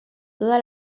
toda